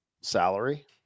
salary